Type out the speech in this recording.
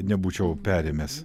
nebūčiau perėmęs